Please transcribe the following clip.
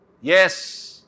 yes